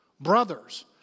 Brothers